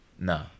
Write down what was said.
No